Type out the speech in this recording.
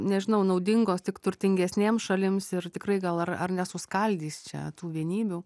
nežinau naudingos tik turtingesnėms šalims ir tikrai gal ar ar nesuskaldys čia tų vienybių